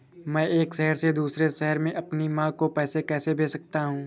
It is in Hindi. मैं एक शहर से दूसरे शहर में अपनी माँ को पैसे कैसे भेज सकता हूँ?